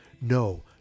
no